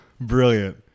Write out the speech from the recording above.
Brilliant